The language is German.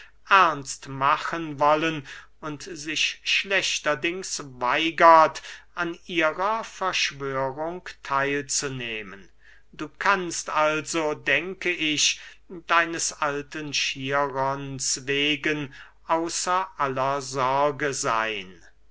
ernst machen wollen und sich schlechterdings weigert an ihrer verschwörung theil zu nehmen du kannst also denke ich deines alten chirons wegen außer aller sorge seyn